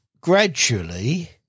gradually